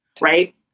right